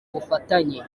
bufatanye